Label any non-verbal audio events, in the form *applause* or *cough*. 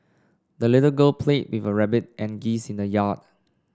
the little girl played with *unintelligible* rabbit and geese in the yard